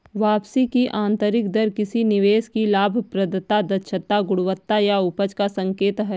वापसी की आंतरिक दर किसी निवेश की लाभप्रदता, दक्षता, गुणवत्ता या उपज का संकेत है